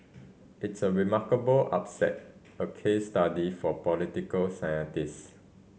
it's a remarkable upset a case study for political scientists